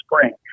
spring